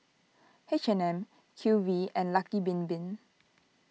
H and M Q V and Lucky Bin Bin